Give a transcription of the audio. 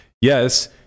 Yes